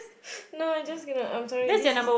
no I just going to no I'm sorry this is